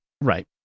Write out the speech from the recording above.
right